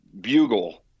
bugle